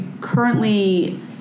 currently